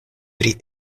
pri